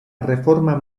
reforma